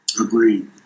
Agreed